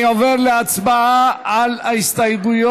אני עובר להצבעה על ההסתייגויות.